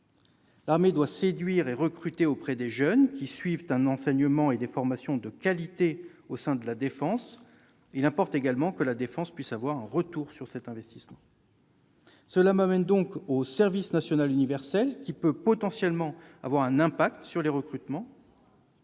L'armée doit séduire et recruter auprès des jeunes, qui suivent un enseignement et des formations de qualité au sein de la défense. Il importe que la défense puisse avoir un retour sur cet investissement. J'en viens au service national universel (SNU), qui peut potentiellement avoir un effet sur les recrutements.